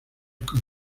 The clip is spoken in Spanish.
con